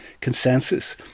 consensus